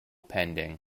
pending